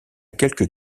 quelques